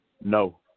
No